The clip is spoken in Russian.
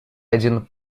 один